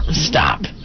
Stop